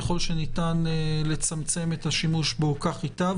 ככל שניתן לצמצם את השימוש בו כך ייטב.